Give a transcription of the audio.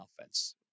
offense